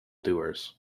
doers